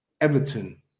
Everton